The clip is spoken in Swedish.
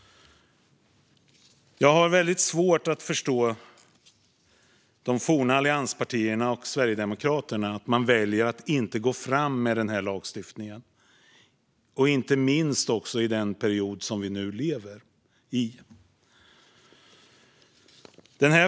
Jag har väldigt svårt att förstå de forna allianspartierna och Sverigedemokraterna som väljer att inte gå fram med den här lagstiftningen, inte minst i den period som vi nu lever i.